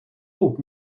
рук